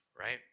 Right